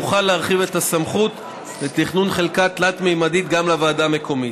יוכל להרחיב את הסמכות לתכנון חלקה תלת-ממדית גם לוועדה המקומית.